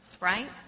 right